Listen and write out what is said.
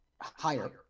higher